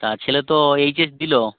তা ছেলে তো এইচএস দিল